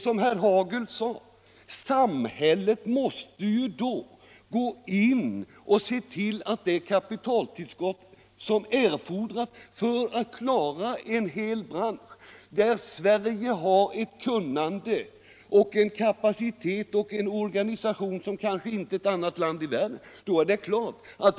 Som herr Hagel sade måste staten lämna det kapitaltillskott som erfordras för att man skall kunna klara hela denna bransch, där Sverige har ett kunnande, en kapacitet och en organisation som kanske inget annat land i världen.